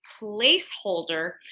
placeholder